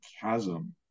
chasm